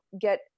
get